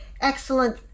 excellent